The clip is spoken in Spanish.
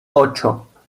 ocho